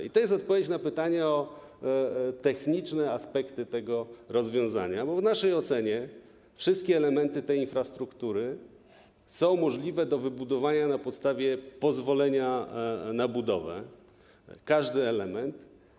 I to jest odpowiedź na pytanie o techniczne aspekty tego rozwiązania, bo w naszej ocenie wszystkie elementy tej infrastruktury są możliwe do wybudowania na podstawie pozwolenia na budowę, każdy element.